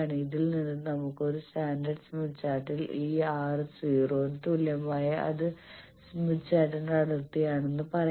ഇതിൽ നിന്ന് നമുക്ക് ഒരു സ്റ്റാൻഡേർഡ് സ്മിത്ത് ചാർട്ടിൽ ഈ R 0 ന് തുല്യമായാൽ അത് സ്മിത്ത് ചാർട്ടിന്റെ അതിർത്തിയാണെന്ന് പറയാം